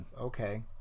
okay